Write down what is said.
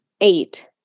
eight